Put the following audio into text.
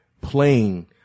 playing